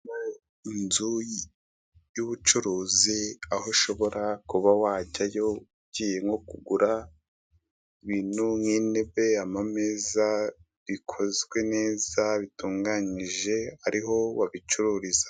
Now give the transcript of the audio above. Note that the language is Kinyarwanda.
Inzu y'ubucuruzi aho ushobora kuba wajyayo ugiye nko kugura ibintu nk'intebe, amameza bikozwe neza bitunganyije ariho babicururiza.